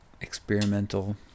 experimental